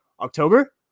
October